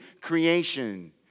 creation